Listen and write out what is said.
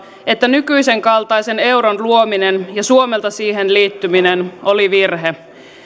että nykyisenkaltaisen euron luominen ja suomelta siihen liittyminen oli virhe